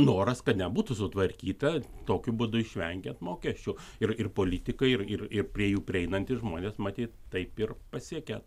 noras kad nebūtų sutvarkyta tokiu būdu išvengiant mokesčių ir ir politikai ir ir prie jų prieinantys žmonės matyt taip ir pasiekia